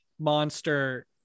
monster